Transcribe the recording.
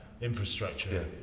infrastructure